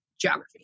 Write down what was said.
geography